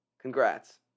Congrats